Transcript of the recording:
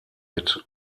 mit